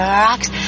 rocks